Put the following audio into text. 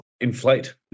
Inflate